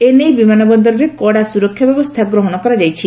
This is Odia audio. ଏନେଇ ବିମାନ ବନ୍ଦରରେ କଡ଼ା ସୁରକ୍ଷା ବ୍ୟବସ୍କା ଗ୍ରହଶ କରାଯାଇଛି